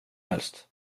helst